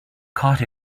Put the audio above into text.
caught